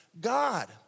God